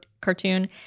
cartoon